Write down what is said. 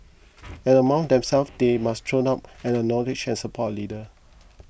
and amongst themselves they must throw up and acknowledge and support a leader